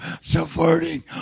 subverting